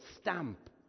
stamp